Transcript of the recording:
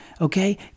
okay